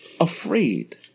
Afraid